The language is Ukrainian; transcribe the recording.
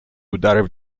ударив